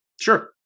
sure